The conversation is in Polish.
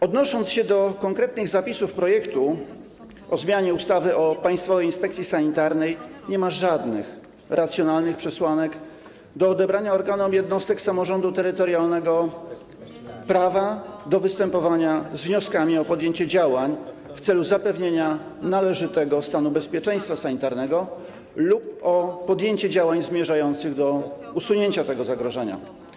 Odnosząc się do konkretnych zapisów projektu ustawy o zmianie ustawy o Państwowej Inspekcji Sanitarnej, nie ma żadnych racjonalnych przesłanek do odebrania organom jednostek samorządu terytorialnego prawa do występowania z wnioskami o podjęcie działań w celu zapewnienia należytego stanu bezpieczeństwa sanitarnego lub o podjęcie działań zmierzających do usunięcia tego zagrożenia.